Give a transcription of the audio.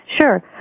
Sure